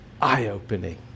eye-opening